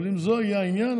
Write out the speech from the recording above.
אבל אם זה יהיה העניין,